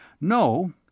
No